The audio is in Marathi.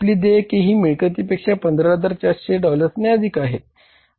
आपली देयके ही मिळकतीपेक्षा 15400 डॉलर्सने अधिक आहेत